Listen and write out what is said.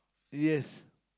yes